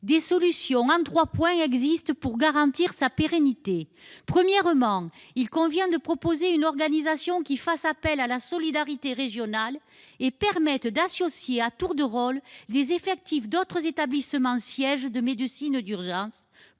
de solutions existent pour garantir sa pérennité. Premièrement, il convient de proposer une organisation qui fasse appel à la solidarité régionale et qui permette d'associer, à tour de rôle, des effectifs d'autres établissements sièges de médecine d'urgence-